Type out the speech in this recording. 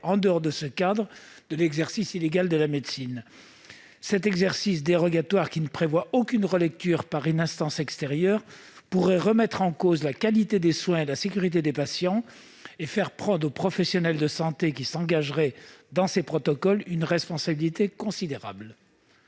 hors de ce cadre, de l'exercice illégal de la médecine. Cet exercice dérogatoire, qui ne prévoit aucune relecture par une instance extérieure, pourrait remettre en cause la qualité des soins et la sécurité des patients et faire prendre aux professionnels de santé qui s'engageraient dans de tels protocoles une responsabilité considérable.